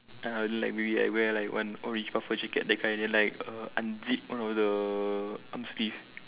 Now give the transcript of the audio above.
and then I'll like maybe I wear like one orange puffer jacket that kind then like err unzip one of the arm sleeve